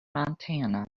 montana